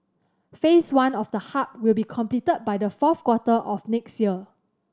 Phase One of the hub will be completed by the fourth quarter of next year